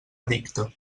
edicte